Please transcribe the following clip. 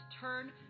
turn